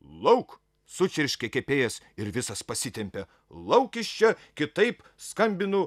lauk sučirškė kepėjas ir visas pasitempė lauk iš čia kitaip skambinu